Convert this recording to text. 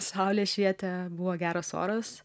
saulė švietė buvo geras oras